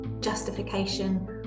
justification